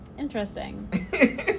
Interesting